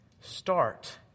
start